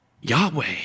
Yahweh